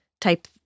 type